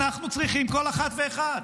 אנחנו צריכים כל אחת ואחד,